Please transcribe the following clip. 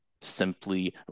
simply